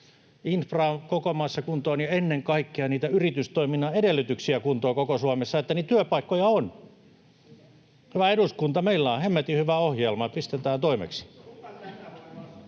infra koko maassa kuntoon ja ennen kaikkea yritystoiminnan edellytyksiä kuntoon koko Suomessa, niin että niitä työpaikkoja on. Hyvä eduskunta, meillä on hemmetin hyvä ohjelma. Pistetään toimeksi.